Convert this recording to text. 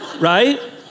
Right